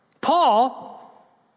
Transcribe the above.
Paul